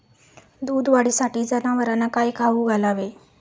दूध वाढीसाठी जनावरांना काय खाऊ घालावे?